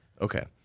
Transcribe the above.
Okay